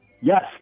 Yes